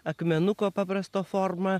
akmenuko paprasto forma